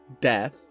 death